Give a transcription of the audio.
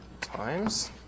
times